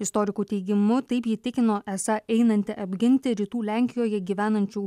istorikų teigimu taip įtikino esą einanti apginti rytų lenkijoje gyvenančių